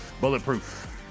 Bulletproof